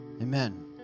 Amen